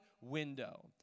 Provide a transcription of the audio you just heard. Window